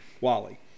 Wally